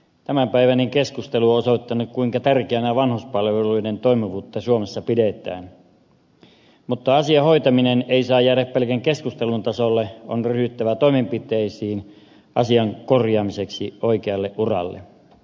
tämänpäiväinen keskustelu on osoittanut kuinka tärkeänä vanhuspalveluiden toimivuutta suomessa pidetään mutta asian hoitaminen ei saa jäädä pelkän keskustelun tasolle on ryhdyttävä toimenpiteisiin asian korjaamiseksi oikealle uralle